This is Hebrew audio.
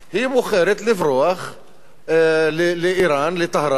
היא בוחרת לברוח לאירן, לטהרן,